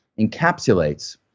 encapsulates